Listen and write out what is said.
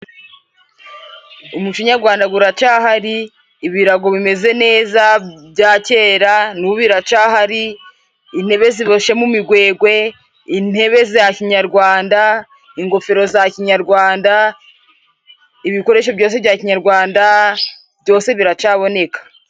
Umuco nyagwanda guracahari ,ibirago bimeze neza bya kera n'ubu biracahari ,intebe ziboshe mu migwegwe, intebe za kinyarwanda, ingofero za kinyarwanda, ibikoresho byose bya kinyarwanda byose biracaboneka.